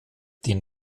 den